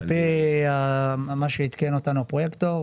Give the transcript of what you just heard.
על פי מה שעדכן אותנו הפרויקטור,